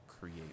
create